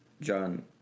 John